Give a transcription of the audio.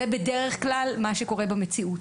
זה בדרך כלל מה שקורה במציאות.